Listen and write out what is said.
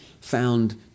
found